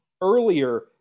earlier